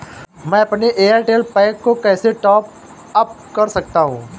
मैं अपने Airtel pack को कैसे टॉप अप कर सकता हूँ?